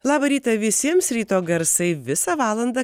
labą rytą visiems ryto garsai visą valandą